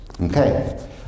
Okay